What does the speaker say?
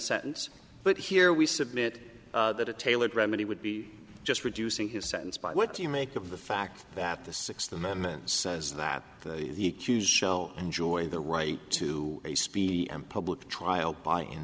sentence but here we submit that a tailored remedy would be just reducing his sentence by what do you make of the fact that the sixth amendment says that the accused show enjoying the right to a speedy and public trial by an